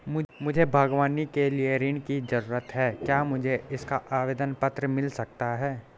मुझे बागवानी के लिए ऋण की ज़रूरत है क्या मुझे इसका आवेदन पत्र मिल सकता है?